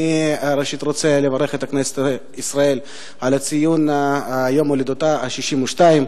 אני ראשית רוצה לברך את כנסת ישראל ליום הולדתה ה-62.